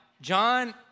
John